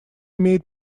имеет